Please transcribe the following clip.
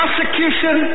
Prosecution